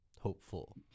hopeful